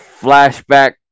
flashback